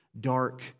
dark